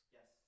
Yes